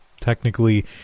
Technically